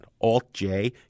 Alt-J